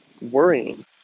worrying